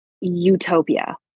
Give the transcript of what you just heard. utopia